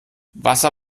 wasser